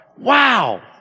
wow